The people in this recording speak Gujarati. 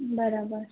બરાબર